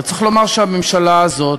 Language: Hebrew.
וצריך לומר שהממשלה הזאת,